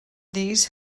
these